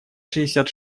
шестьдесят